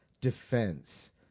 defense